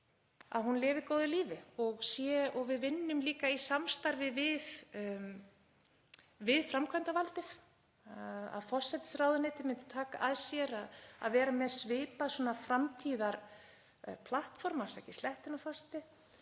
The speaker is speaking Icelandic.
að hún lifi góðu lífi og að við vinnum þetta líka í samstarfi við framkvæmdarvaldið. Forsætisráðuneytið myndi taka að sér að vera með svipað svona framtíðar„platform“, afsakið slettuna, forseti,